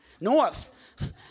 north